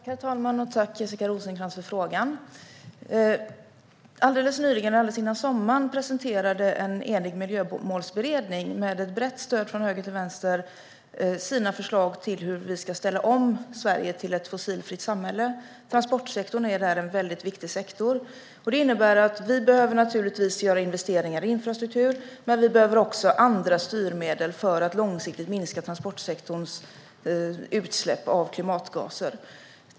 Herr talman! Tack för frågan, Jessica Rosencrantz! Alldeles före sommaren presenterade en enig miljömålsberedning med ett brett stöd från höger till vänster sina förslag om hur vi ska ställa om Sverige till ett fossilfritt samhälle. Transportsektorn är där en väldigt viktig sektor. Det innebär att vi naturligtvis behöver göra investeringar i infrastruktur, men vi behöver också andra styrmedel för att långsiktigt minska transportsektorns utsläpp av klimatgaser.